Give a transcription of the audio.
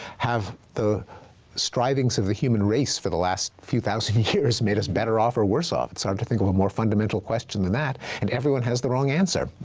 have the strivings of the human race for the last few thousand years made us better off or worse off? it's hard to think of a more fundamental question than that. and everyone has the wrong answer.